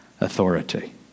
authority